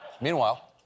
Meanwhile